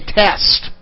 test